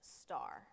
star